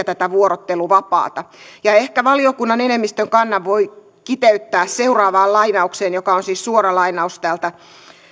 tätä vuorotteluvapaata ehkä valiokunnan enemmistön kannan voi kiteyttää seuraavaan lainaukseen joka on siis suora lainaus täältä